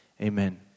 Amen